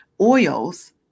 oils